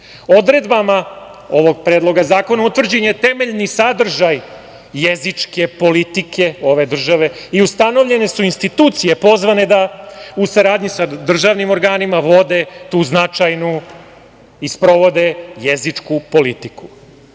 politika. Odredbama ovog Predloga zakona utvrđen je temeljni sadržaj jezičke politike ove države i ustanovljene su institucije pozvane da u saradnji sa državnim organima vode tu značajnu i sprovode jezičku politiku. Ćirilica